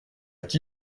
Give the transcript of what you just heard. qui